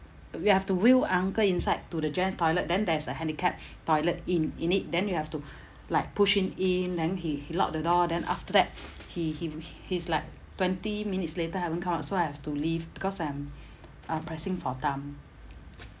we have to wheel uncle inside to the gents toilet then there's a handicapped toilet in in it then you have to like push him in then he he locked the door then after that he he he's like twenty minutes later haven't come out so I have to leave because I'm uh pressing for time